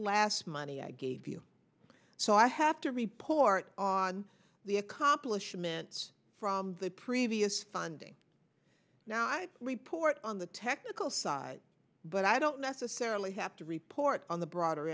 last money i gave you so i have to report on the accomplishment from the previous funding now i report on the technical side but i don't necessarily have to report on the broader